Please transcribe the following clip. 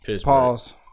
pause